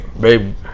babe